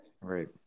Right